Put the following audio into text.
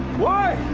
why?